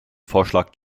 vorschlag